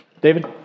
David